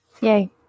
Yay